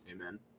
amen